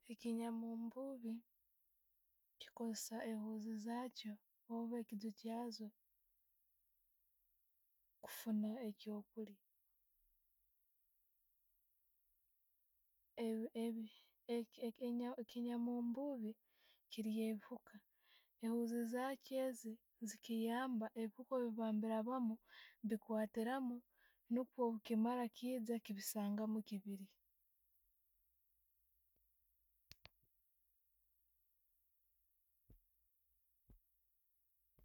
Ekinyambuubi chikosesa ewuuzi zaakyo oba ekigyu kyazo kuffuna ekyo'kulya. Ebi- ebi- ekinyanambuubi kilya ebihuuuka, ehuuzi zakyo ezo zikiyamba ebihuuka bwebiiba ne birabamu, bikwatiramu niikwo kimara kiija kibisangamu kibilya.